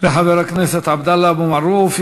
לחבר הכנסת עבדאללה אבו מערוף.